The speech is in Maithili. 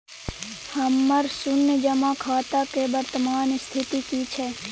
हमर शुन्य जमा खाता के वर्तमान स्थिति की छै?